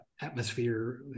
atmosphere